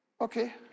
Okay